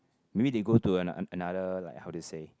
maybe they go to ano~ another like how to say